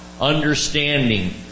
Understanding